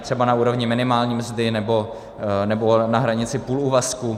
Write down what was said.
Třeba na úrovni minimální mzdy nebo na hranici půl úvazku.